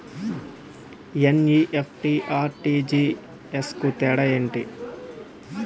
NEFT, RTGS కు తేడా ఏంటి?